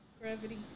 Gravity